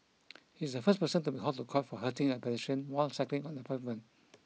he is the first person to be hauled to court for hurting a pedestrian while cycling on the pavement